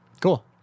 Cool